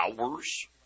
hours